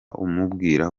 umubwira